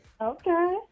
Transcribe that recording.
okay